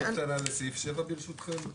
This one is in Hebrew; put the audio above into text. הערה לסעיף 7 ברשותכם.